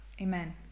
amen